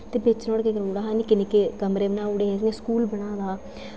ओह् पूरा ऐ हा इ'यां ते बिच्च नुहाड़े कमरे बनाई ओड़े दे हे स्कूल बनाए दा हा